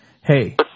hey